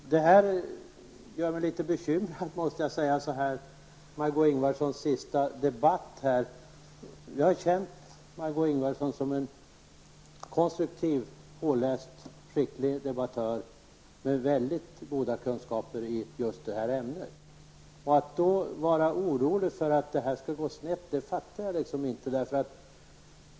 Jag måste säga att Margó Ingvardssons sista debatt här gör mig litet bekymrad. Jag har känt Margó Ingvardsson som en konstruktiv, påläst och skicklig debattör med väldigt goda kunskaper i just det här ämnet. Att hon då är orolig för att det skall gå snett, fattar jag liksom inte.